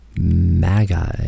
magi